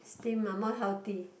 steam mah more healthy